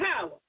power